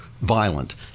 violent